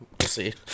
see